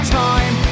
time